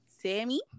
Sammy